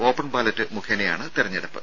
open ballot മുഖേനയാണ് തിരഞ്ഞെടുപ്പ്